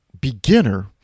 beginner